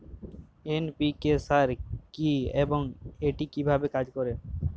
NPK সার কি এবং এটি কিভাবে কাজ করে?